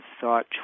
thought